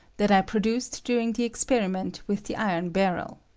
that i produced during the esperiment with the iron barrel.